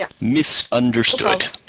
Misunderstood